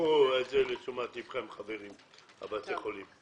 תיקחו את זה לתשומת לבכם, החברים בבתי החולים.